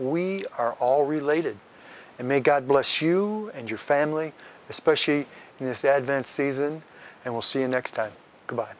we are all related and may god bless you and your family especially in this advent season and we'll see you next time